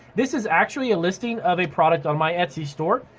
this is actually a listing of a product on my etsy store.